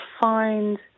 find